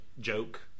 joke